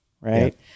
right